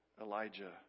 Elijah